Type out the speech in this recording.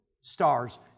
stars